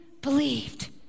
believed